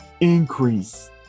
increase